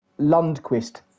Lundquist